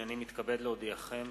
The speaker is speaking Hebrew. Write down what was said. הנני מתכבד להודיעכם,